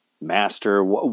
master